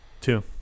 Two